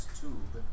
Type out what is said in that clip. tube